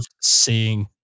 seeing